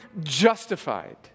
justified